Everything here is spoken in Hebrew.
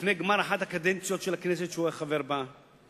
לפני גמר אחת הקדנציות של הכנסת שהוא היה חבר בה שינה